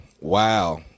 wow